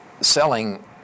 selling